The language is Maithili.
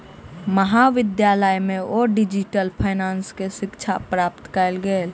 महाविद्यालय में ओ डिजिटल फाइनेंस के शिक्षा प्राप्त कयलैन